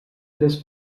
tres